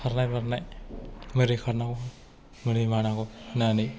खारनाय बारनाय बोरै खारनांगौ बोरै बारनांगौ होननानै